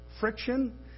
friction